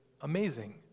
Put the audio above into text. amazing